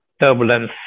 turbulence